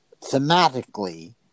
thematically